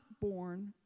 born